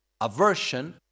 aversion